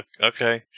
okay